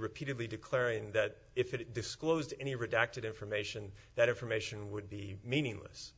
repeatedly declaring that if it disclosed any redacted information that information would be meaningless